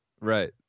Right